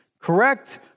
correct